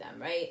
right